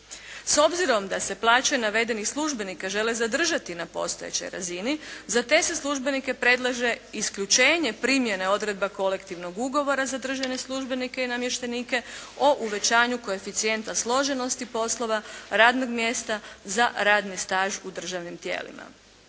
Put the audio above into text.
S obzirom da se plaće navedenih službenika žele zadržati na postojećoj razini, za te se službenike predlaže isključenje primjene odredba kolektivnog ugovora za državne službenike i namještenike o uvećanju koeficijenta složenosti poslova, radnog mjesta za radni staž u državnim tijelima.